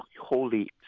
Holy